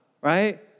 right